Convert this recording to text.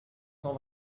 cent